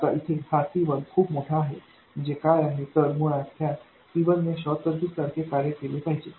आता इथे हा C1खूप मोठा आहे म्हणजे काय आहे तर मुळात ह्या C1 ने शॉर्ट सर्किट सारखे कार्य केले पाहिजे